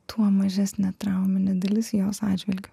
tuo mažesnė trauminė dalis jos atžvilgiu